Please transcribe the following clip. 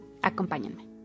Acompáñenme